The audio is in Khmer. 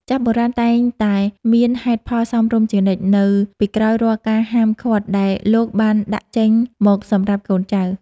ចាស់បុរាណតែងតែមានហេតុផលសមរម្យជានិច្ច នៅពីក្រោយរាល់ការហាមឃាត់ដែលលោកបានដាក់ចេញមកសម្រាប់កូនចៅ។